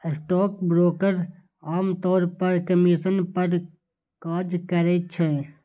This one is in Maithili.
स्टॉकब्रोकर आम तौर पर कमीशन पर काज करै छै